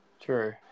True